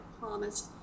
promise